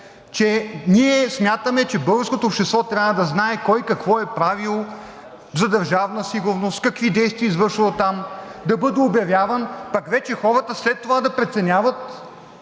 че ние смятаме, че българското общество трябва да знае кой какво е правил за Държавна сигурност, какви действия е извършвал там, да бъде обявяван, пък вече хората след това да преценяват